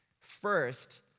First